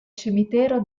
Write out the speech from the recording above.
cimitero